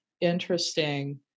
interesting